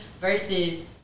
versus